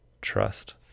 trust